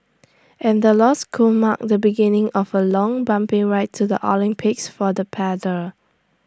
and the loss could mark the beginning of A long bumpy ride to the Olympics for the paddlers